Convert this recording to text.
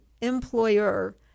employer